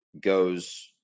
goes